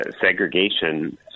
segregation